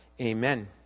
Amen